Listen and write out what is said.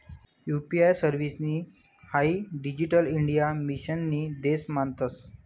UPI service हाई digital India मिशननी देन मानतंस